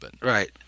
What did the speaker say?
right